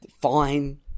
fine